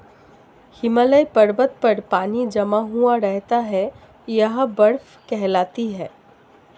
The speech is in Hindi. हिमालय पर्वत पर पानी जमा हुआ रहता है यह बर्फ कहलाती है